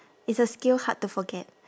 it's a skill hard to forget